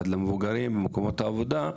עד למבוגרים ובמקומות העבודה,